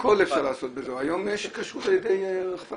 הכול אפשר לעשות, היום יש כשרות על ידי רחפנים.